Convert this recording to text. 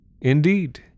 Indeed